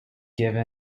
given